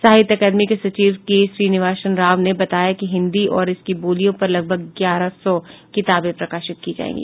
साहित्य अकादमी के सचिव के श्रीनिवास राव ने बताया कि हिन्दी और इसकी बोलियों पर लगभग ग्यारह सौ किताबें प्रकाशित की जायेंगी